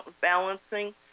balancing